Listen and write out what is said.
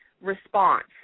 response